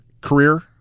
career